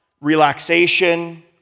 relaxation